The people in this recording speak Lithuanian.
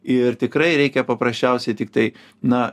ir tikrai reikia paprasčiausiai tiktai na